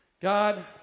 God